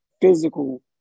physical